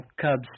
Cubs